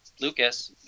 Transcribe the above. lucas